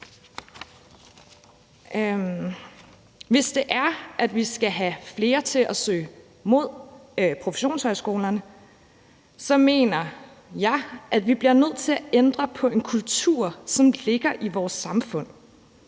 Hvis vi skal have flere til at søge mod professionshøjskolerne, mener jeg, at vi bliver nødt til at ændre på en kultur, som ligger i vores samfund